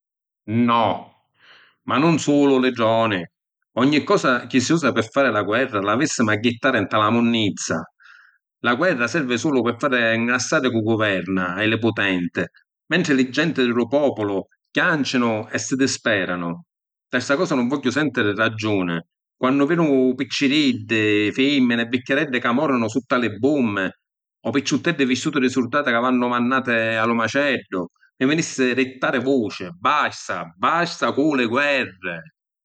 No, ma nun sulu li droni. Ogni cosa chi si usa pi fari la guerra l’avissimu a jittari nta la munnizza! La guerra servi sulu pi fari ngrassari cu’ guverna e li putenti, mentri li genti di lu populu chiancinu e si disperanu. Nta sta cosa nun vogghiu sentiri ragiuni… quannu vidu picciriddi, fimmini e vicchiareddi ca morinu sutta li bummi, o picciutteddi vistuti di surdati ca vennu mannàti a lu maceddu, mi vinissi di jittari vuci! Basta! Basta cu li guerri!